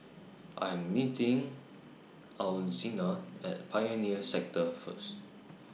I Am meeting Alzina At Pioneer Sector First